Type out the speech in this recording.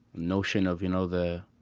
notion of, you know, the